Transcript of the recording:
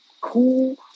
cool